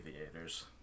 aviators